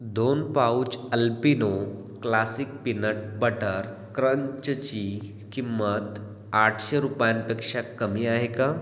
दोन pouch Alpino classic peanut butter क्रंचची किंमत आठशे रुपयांपेक्षा कमी आहे का